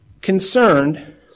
concerned